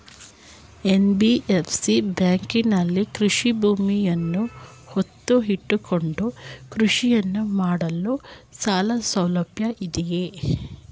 NBFC ಬ್ಯಾಂಕಿನಲ್ಲಿ ಕೃಷಿ ಭೂಮಿಯನ್ನು ಒತ್ತೆ ಇಟ್ಟುಕೊಂಡು ಕೃಷಿಯನ್ನು ಮಾಡಲು ಸಾಲಸೌಲಭ್ಯ ಇದೆಯಾ?